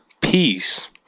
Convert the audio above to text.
peace